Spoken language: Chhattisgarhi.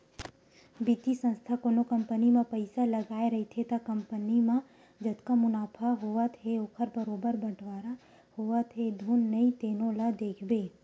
बित्तीय संस्था कोनो कंपनी म पइसा लगाए रहिथे त कंपनी म जतका मुनाफा होवत हे ओखर बरोबर बटवारा होवत हे धुन नइ तेनो ल देखथे